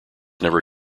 never